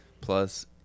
Plus